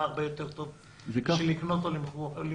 הרבה יותר טוב בשביל לקנות או למכור.